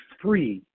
free